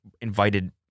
invited